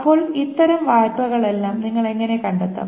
ഇപ്പോൾ അത്തരം വായ്പകളെല്ലാം നിങ്ങൾ എങ്ങനെ കണ്ടെത്തും